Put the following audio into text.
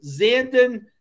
Zandon